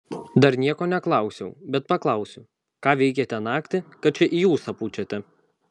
dar nieko neklausiau bet paklausiu ką veikėte naktį kad čia į ūsą pučiate